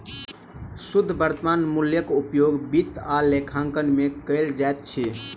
शुद्ध वर्त्तमान मूल्यक उपयोग वित्त आ लेखांकन में कयल जाइत अछि